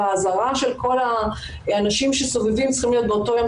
והאזהרה של כל האנשים שסובבים צריכים להיות באותו יום.